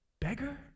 beggar